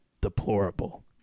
deplorable